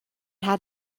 had